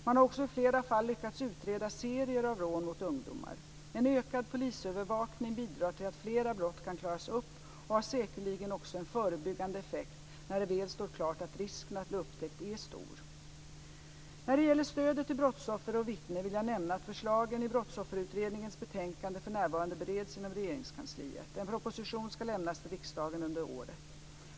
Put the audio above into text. Man har också i flera fall lyckats utreda serier av rån mot ungdomar. En ökad polisövervakning bidrar till att flera brott kan klaras upp och har säkerligen också en förebyggande effekt när det väl står klart att risken att bli upptäckt är stor. När det gäller stödet till brottsoffer och vittnen vill jag nämna att förslagen i Brottsofferutredningens betänkande för närvarande bereds inom Regeringskansliet. En proposition ska lämnas till riksdagen under året.